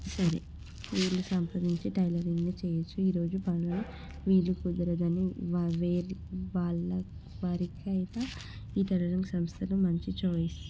సరే వీళ్ళు సంప్రదించి టైలరింగ్ని చేయించి ఈ రోజు పనులు వీలు కుదరదని వారి వాళ్ళ వారి చేత ఈ టైలరింగ్ సంస్థలు మంచి ఛాయిస్ ని